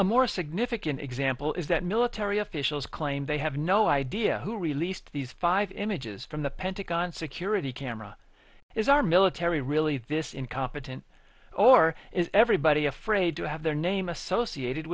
a more significant example is that military officials claim they have no idea who released these five images from the pentagon security camera is our military really this incompetent or is everybody afraid to have their name associated